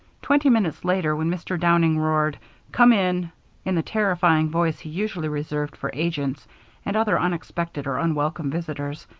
twenty minutes later when mr. downing roared come in in the terrifying voice he usually reserved for agents and other unexpected or unwelcome visitors,